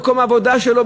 מקום העבודה שלו,